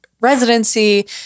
residency